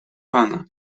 pana